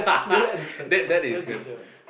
isn't that Newton that's that's Newton right